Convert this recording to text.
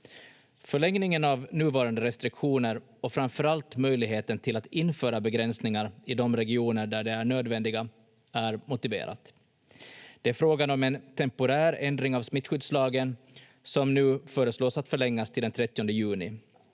Förlängningen av nuvarande restriktioner och framför allt möjligheten till att införa begränsningar i de regioner där de är nödvändiga är motiverat. Det är frågan om en temporär ändring av smittskyddslagen, som nu föreslås att förlängas till den 30 juni.